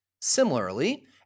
similarly